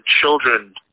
children